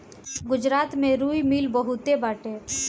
गुजरात में रुई मिल बहुते बाटे